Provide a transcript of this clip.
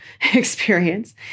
experience